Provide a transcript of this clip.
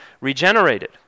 regenerated